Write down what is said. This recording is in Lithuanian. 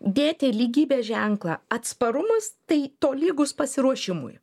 dėti lygybės ženklą atsparumas tai tolygus pasiruošimui